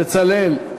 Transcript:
בצלאל.